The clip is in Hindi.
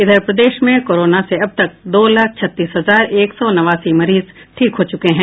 इधर प्रदेश में कोरोना से अब तक दो लाख छत्तीस हजार एक सौ नवासी मरीज ठीक हो चुके हैं